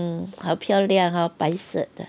uh 好漂亮 hor 白色的